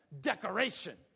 decoration